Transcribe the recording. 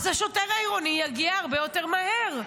אז השוטר העירוני יגיע הרבה יותר מהר,